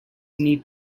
need